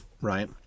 right